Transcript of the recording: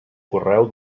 correu